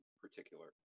particular